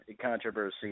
controversy